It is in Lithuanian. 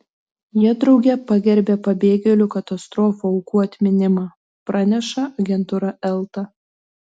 jie drauge pagerbė pabėgėlių katastrofų aukų atminimą praneša agentūra elta